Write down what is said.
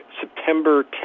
September